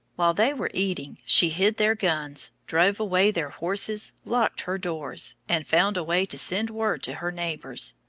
while they were eating, she hid their guns, drove away their horses, locked her doors, and found a way to send word to her neighbors,